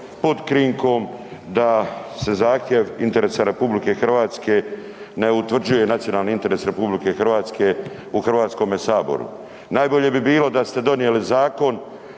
pod krinkom da se zahtjev interesa RH ne utvrđuje, nacionalni interes RH, u Hrvatskome saboru. Najbolje bi bilo da ste donijeli zakon